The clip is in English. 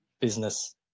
business